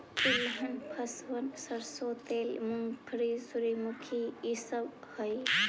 तिलहन फसलबन सरसों तेल, मूंगफली, सूर्यमुखी ई सब हई